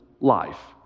life